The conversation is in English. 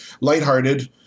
lighthearted